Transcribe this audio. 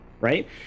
right